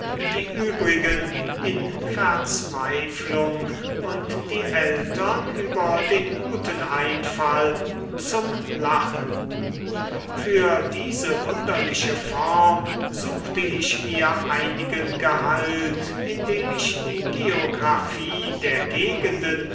die übrigen in verzweiflung und die eltern über den guten einfall zum lachen für diese wunderliche form suchte ich mir einigen gehalt indem ich die geographie der gegenden